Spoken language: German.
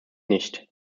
nicht